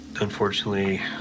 Unfortunately